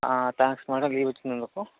thanks madam leave ఇచ్చినందుకు